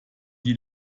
die